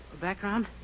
Background